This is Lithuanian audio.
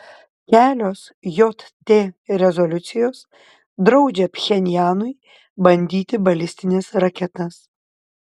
kelios jt rezoliucijos draudžia pchenjanui bandyti balistines raketas